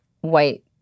white